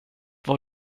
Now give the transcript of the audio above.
vad